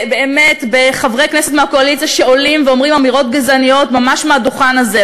ובחברי כנסת מהקואליציה שעולים ואומרים אמירות גזעניות ממש מהדוכן הזה,